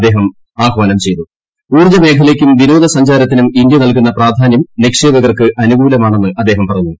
അദ്ദേഹം ആഹ്വാനം ഊർജ്ജമേഖലയ്ക്കും നല്കുന്ന വിനോദസഞ്ചാരത്തിനും ഇന്ത്യ പ്രാധാന്യം നിക്ഷേപകർക്ക് അനുകൂലമാണെന്ന് അദ്ദേഹം പറഞ്ഞു